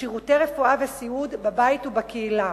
לשירותי רפואה וסיעוד בבית ובקהילה,